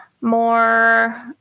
more